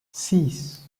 six